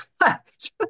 left